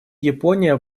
япония